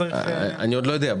אני עוד לא יודע.